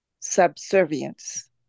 Subservience